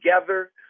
together